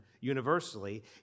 universally